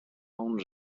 uns